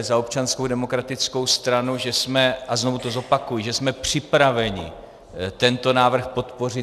Za sebe, za Občanskou demokratickou stranu chci říct, a znovu to zopakuji, že jsme připraveni tento návrh podpořit.